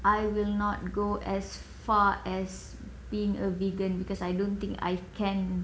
I will not go as far as being a vegan because I don't think I can